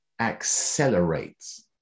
accelerates